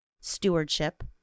stewardship